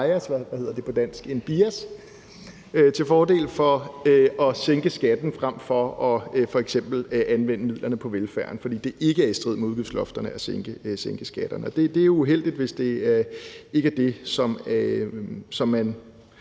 til fordel for at sænke skatten frem for f.eks. at anvende midlerne på velfærden, fordi det ikke er i strid med udgiftslofterne at sænke skatterne, og det er der nok nogen